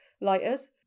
lighters